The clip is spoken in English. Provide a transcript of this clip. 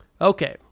Okay